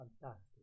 fantastic